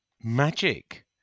Magic